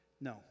No